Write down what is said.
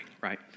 right